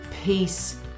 peace